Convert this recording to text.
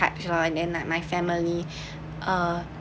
touch lor and then like my family uh